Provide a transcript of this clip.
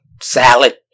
salad